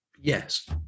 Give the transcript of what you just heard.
Yes